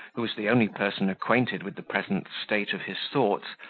who was the only person acquainted with the present state of his thoughts,